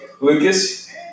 Lucas